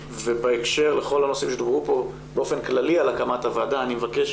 ובהקשר לכל הנושאים שדוברו פה באופן כללי על הקמת הוועדה אני מבקש